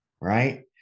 right